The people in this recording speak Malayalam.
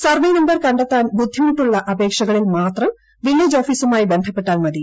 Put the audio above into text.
സർവേ നമ്പർ കണ്ടെത്താൻ ബുദ്ധിമുട്ടുള്ള അപേക്ഷകളിൽ മാത്രം വില്ലേജ് ഓഫീസുമായി ബന്ധപ്പെട്ടാൽ മതി